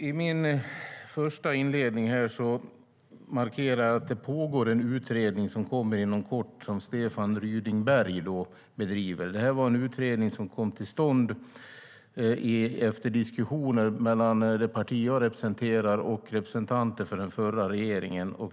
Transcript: Herr talman! I min inledning markerade jag att det pågår en utredning som kommer inom kort som Stefan Ryding-Berg bedriver. Det är en utredning som kom till stånd efter diskussioner mellan det parti jag representerar och representanter för den förra regeringen.